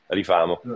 rifamo